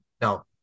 No